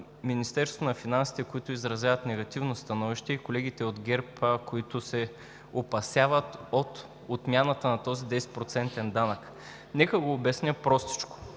Министерството на финансите, откъдето изразяват негативно становище, и колегите от ГЕРБ, които се опасяват от отмяната на този 10-процентен данък – нека го обясня простичко.